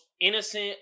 innocent